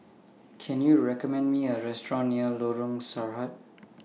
Can YOU recommend Me A Restaurant near Lorong Sarhad